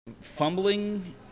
fumbling